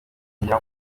yigira